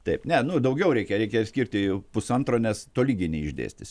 taip ne nu daugiau reikia reikia skirti pusantro nes tolygiai neišdėstysi